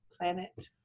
planet